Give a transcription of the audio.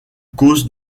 cause